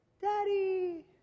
Daddy